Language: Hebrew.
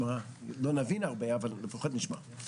אנחנו לא נבין הרבה אבל לפחות שנשמע.